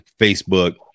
Facebook